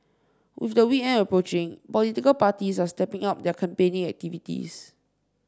with the weekend approaching political parties are stepping up their campaigning activities